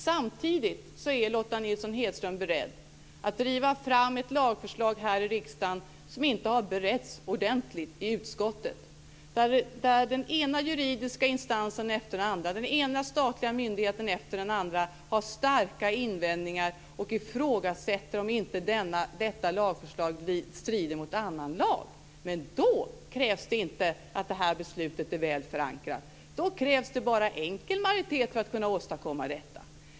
Samtidigt är Lotta Nilsson-Hedström beredd att driva fram ett lagförslag här i riksdagen som inte har beretts ordentligt i utskottet, där den ena juridiska instansen efter den andra, den ena statliga myndigheten efter den andra, har starka invändningar och ifrågasätter om inte detta lagförslag strider mot annan lag. Men då krävs det inte att beslutet är väl förankrat. Det krävs bara enkel majoritet för att åstadkomma detta.